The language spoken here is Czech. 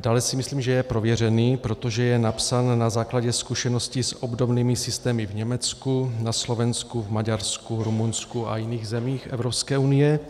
Dále si myslím, že je prověřený, protože je napsán na základě zkušeností s obdobnými systémy v Německu, na Slovensku, v Maďarsku, Rumunsku a jiných zemích Evropské unie,